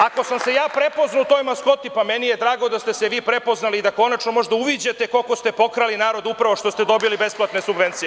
Ako sam se ja prepoznao u toj maskoti, pa meni je drago da ste se vi prepoznali i da konačno možda uviđate koliko ste pokrali narod upravo što ste dobili besplatne subvencije.